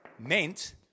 meant